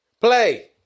Play